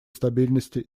стабильности